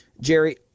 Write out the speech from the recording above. Jerry